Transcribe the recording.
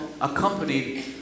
accompanied